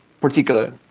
particular